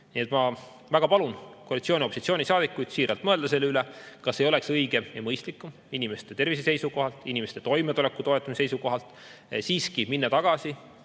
Nii et ma väga palun koalitsiooni‑ ja opositsioonisaadikuid mõelda selle üle, kas ei oleks õigem ja mõistlikum inimeste tervise seisukohalt, inimeste toimetuleku toetamise seisukohalt siiski minna tagasi